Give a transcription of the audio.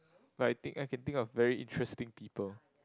but I think I can think of very interesting people